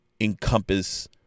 encompass